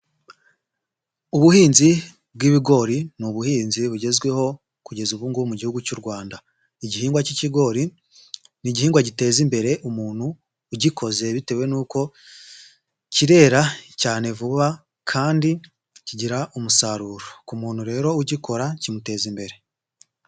Ubuhinzi bw'ibigori, ni ubuhinzi bugezweho, kugeza ubu ngubu mu gihugu cy'u Rwanda. Igihingwa cy'ikigori ni igihingwa giteza imbere umuntu ugikoze bitewe n'uko kirera cyane vuba kandi kigira umusaruro. Ku muntu rero ugikora kimuteza imbere.